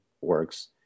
works